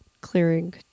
clearing